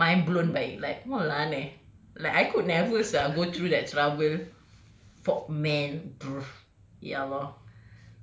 mind blown by it like !walao! eh like I could never sia go through that trouble for man ya lor